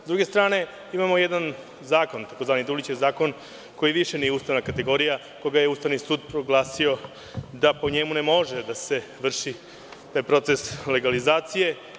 S druge strane, imamo jedan zakon, tzv. Dulićev zakon, koji više nije ustavna kategorija, koga je Ustavni sud proglasio da, po njemu, ne može, da se vrši proces legalizacije.